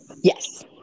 Yes